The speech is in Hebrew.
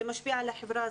זה משפיע על החברה,